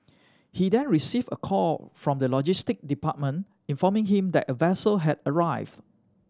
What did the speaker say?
he then received a call from the logistic department informing him that a vessel had arrived